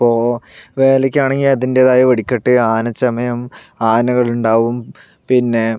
ഇപ്പോൾ വേലക്കാണെങ്കിൽ അതിൻ്റെതായ വെടിക്കെട്ട് ആനച്ചമയം ആനകളുണ്ടാകും പിന്നെ